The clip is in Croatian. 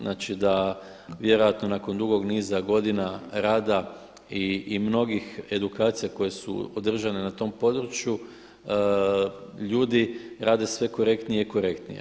Znači da vjerojatno da nakon dugog niza godina rada i mnogih edukacija koje su održane na tom području, ljudi rade sve korektnije i korektnije.